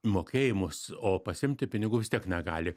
mokėjimus o pasiimti pinigų vis tiek negali